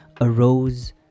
arose